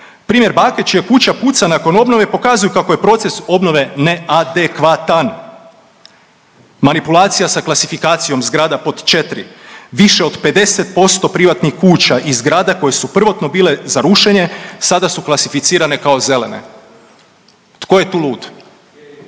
Primjer bake čija kuća puca nakon obnove pokazuje kako je proces obnove neadekvatan. Manipulacija s klasifikacijom zgrada pod četiri. Više od 50% privatnih kuća i zgrada koje su prvotno bile za rušenje sada su klasificirane kao zelene. Tko je tu lud?